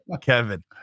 Kevin